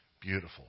Beautiful